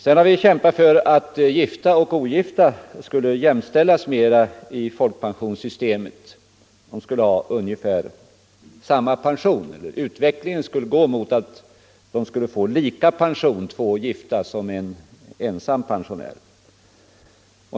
Vi har vidare kämpat för att gifta och ogifta skall jämställas i folkpensionssystemet, dvs. få ungefär samma pensionsbelopp. Vi menar att två gifta pensionärer tillsammans skulle få dubbelt så mycket som en ensamstående pensionär.